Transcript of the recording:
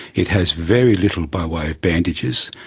it has very little by way of bandages.